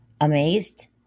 Amazed